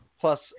Plus